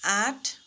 आठ